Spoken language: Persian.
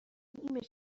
نیم